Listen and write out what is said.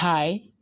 Hi